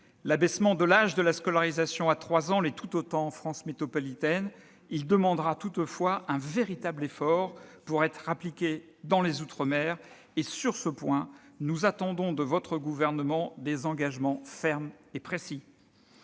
L'abaissement de l'âge de la scolarisation à 3 ans l'est tout autant en France métropolitaine. Il demandera toutefois un véritable effort pour être appliqué dans les outre-mer et, sur ce point, nous attendons de votre gouvernement des engagements fermes et précis.